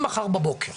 אם מחר בבוקר